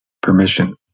permission